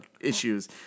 issues